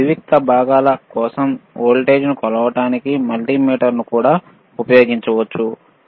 వివిక్త భాగాల కోసం వోల్టేజ్ను కొలవడానికి మల్టీమీటర్ను కూడా ఉపయోగించవచ్చు